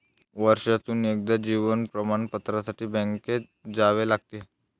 वर्षातून एकदा जीवन प्रमाणपत्रासाठी बँकेत जावे लागते